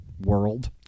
world